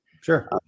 sure